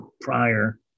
prior